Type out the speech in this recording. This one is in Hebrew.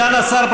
סגן השר,